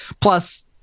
Plus